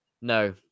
no